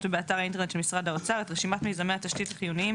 ובאתר האינטרנט של משרד האוצר את רשימת מיזמי התשתית החיוניים